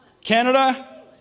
Canada